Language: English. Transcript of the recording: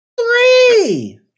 Three